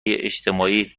اجتماعی